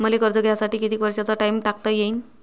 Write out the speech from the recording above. मले कर्ज घ्यासाठी कितीक वर्षाचा टाइम टाकता येईन?